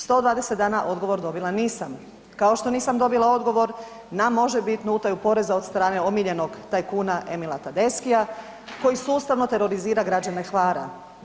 120 dana odgovor dobila nisam, kao što nisam dobila odgovor na možebitnu utaju poreza od strane omiljenog tajkuna Emila Tedeschija, koji sustavno terorizira građane Hvara.